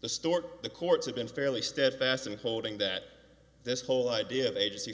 the store the courts have been fairly steadfast in holding that this whole idea of agency